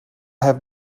have